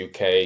UK